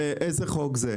איזה חוק זה?